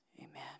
Amen